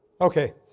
Okay